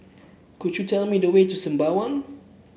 could you tell me the way to Sembawang